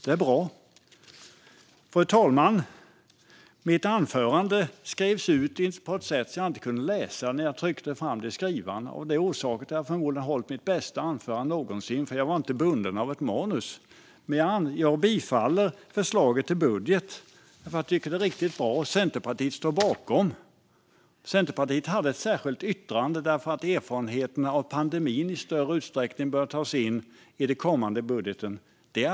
Det är bra. Fru talman! Mitt anförande skrevs ut på ett sådant sätt att jag inte kunde läsa det när det kom ur skrivaren. Det är orsaken till att jag nu förmodligen har hållit mitt bästa anförande någonsin, för jag var inte bunden av ett manus. Jag yrkar bifall till utskottets förslag. Jag tycker att regeringens budgetförslag är riktigt bra, och Centerpartiet står bakom det. Centerpartiet har ett särskilt yttrande om att erfarenheterna från pandemin i större utsträckning bör tas med i det kommande budgetarbetet.